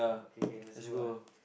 okay K lets go lah